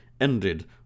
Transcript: ended